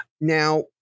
Now